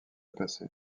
passé